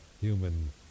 human